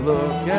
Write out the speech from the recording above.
Look